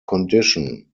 condition